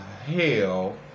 Hell